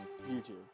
YouTube